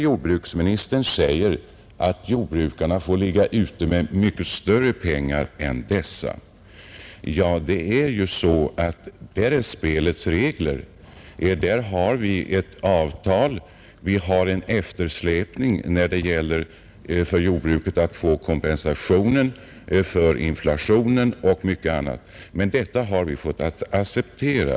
Jordbruksministern menar att jordbrukarna får ligga ute med mycket större pengar än dessa, men det är ju spelets regler. På det området har vi ett avtal. Vi har en eftersläpning i fråga om jordbrukets möjligheter att få kompensation för inflationen och mycket annat, men detta har vi fått acceptera.